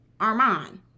Armand